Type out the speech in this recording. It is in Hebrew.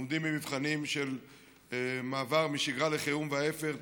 עומדים במבחנים של מעבר משגרה לחירום וההפך,